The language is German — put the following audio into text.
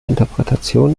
interpretation